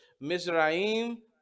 Mizraim